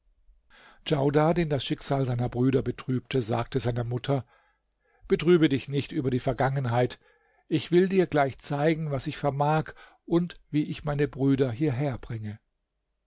djaudar den das schicksal seiner brüder betrübte sagte seiner mutter betrübe dich nicht über die vergangenheit ich will dir gleich zeigen was ich vermag und wie ich meine brüder